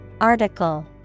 Article